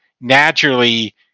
naturally